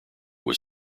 was